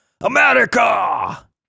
America